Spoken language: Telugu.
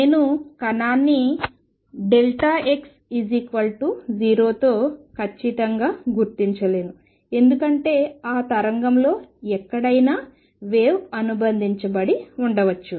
నేను కణాన్ని x 0తో ఖచ్చితంగా గుర్తించలేను ఎందుకంటే ఆ తరంగంలో ఎక్కడైనా వేవ్ అనుబంధించబడి ఉండవచ్చు